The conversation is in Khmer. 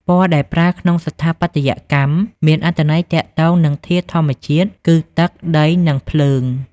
ពណ៌ ដែលប្រើក្នុងស្ថាបត្យកម្មមានអត្ថន័យទាក់ទងនឹងធាតុធម្មជាតិគឺ ទឹក ដី និង ភ្លើង។